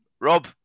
Rob